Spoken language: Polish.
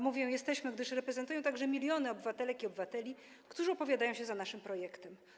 Mówię „jesteśmy”, gdyż reprezentuję także miliony obywatelek i obywateli, którzy opowiadają się za naszym projektem.